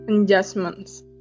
adjustments